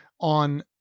on